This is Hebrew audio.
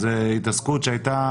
אל מקום או אירוע כאמור,